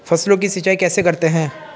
फसलों की सिंचाई कैसे करते हैं?